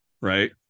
right